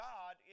God